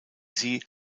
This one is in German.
sie